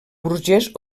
burgès